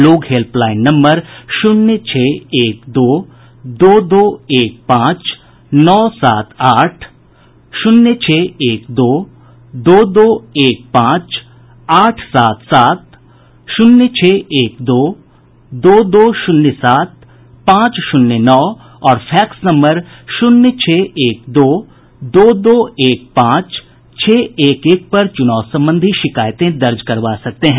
लोग help line number शून्य छह एक दो दो दो एक पांच नौ सात आठ शून्य छह एक दो दो दो एक पांच आठ सात सात शून्य छह एक दो दो दो शून्य सात पांच शून्य नौ और फैक्स नम्बर शून्य छह एक दो दो दो एक पांच छह एक एक पर चुनाव संबंधी शिकायतें दर्ज करवा सकते हैं